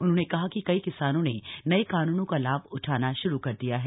उन्होंने कहा कि कई किसानों ने नए कानूनों का लाभ उठाना श्रू कर दिया है